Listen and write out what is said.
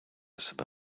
себе